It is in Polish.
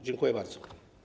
Dziękuję bardzo.